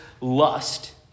lust